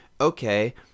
okay